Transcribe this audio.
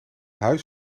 huis